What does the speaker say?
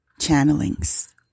Channelings